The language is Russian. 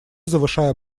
завышая